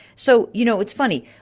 so, you know, it's funny.